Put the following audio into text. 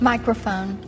Microphone